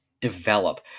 develop